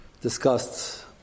discussed